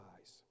eyes